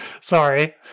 Sorry